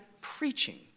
preaching